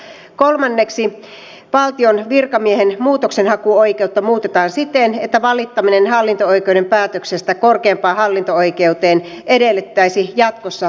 kolmanneksi valtion virkamiehen muutoksenhakuoikeutta muutetaan siten että valittaminen hallinto oikeuden päätöksestä korkeimpaan hallinto oikeuteen edellyttäisi jatkossa valituslupaa